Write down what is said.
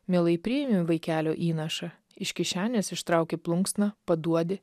mielai priimi vaikelio įnašą iš kišenės ištrauki plunksną paduodi